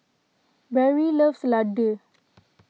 Berry loves Ladoo